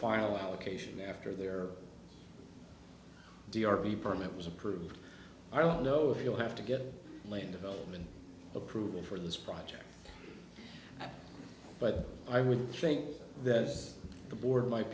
file allocation after their d r p permit was approved i don't know if you'll have to get a late development approval for this project but i would think that the board might